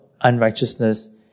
unrighteousness